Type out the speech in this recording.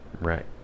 right